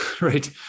right